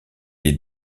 les